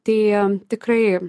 tai tikrai